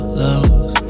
lows